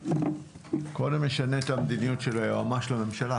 קודם נשנה את המדיניות של היועמ"ש לממשלה,